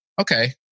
Okay